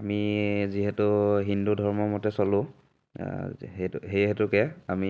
আমি যিহেতু হিন্দু ধৰ্ম মতে চলোঁ সেই সেইহেতুকে আমি